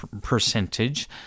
percentage